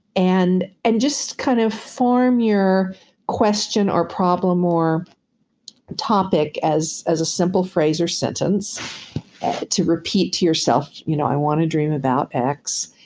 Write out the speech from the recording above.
and and just kind of form your question or problem or topic as as a simple phrase or sentence to repeat yourself, you know i want to dream about x,